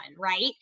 right